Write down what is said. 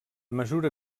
mesura